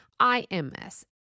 IMS